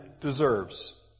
deserves